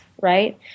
Right